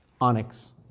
Onyx